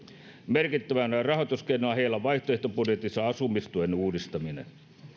merkittävänä rahoituskeinona heillä on vaihtoehtobudjetissa asumistuen uudistaminen